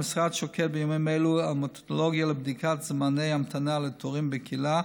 המשרד שוקד בימים אלה על מתודולוגיה לבדיקת זמני המתנה לתורים בקהילה,